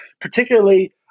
particularly